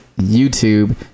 youtube